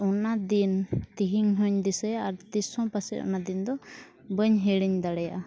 ᱚᱱᱟ ᱫᱤᱱ ᱛᱮᱦᱮᱧ ᱦᱚᱧ ᱫᱤᱥᱟᱹᱭᱟ ᱟᱨ ᱛᱤᱥᱦᱚᱸ ᱯᱟᱥᱮᱡ ᱚᱱᱟ ᱫᱤᱱ ᱫᱚ ᱵᱟᱹᱧ ᱦᱤᱲᱤᱧ ᱫᱟᱲᱮᱭᱟᱜᱼᱟ